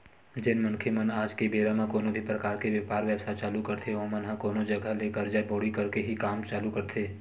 जेन मनखे मन आज के बेरा म कोनो भी परकार के बेपार बेवसाय चालू करथे ओमन ह कोनो जघा ले करजा बोड़ी करके ही काम चालू करथे